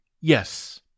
yes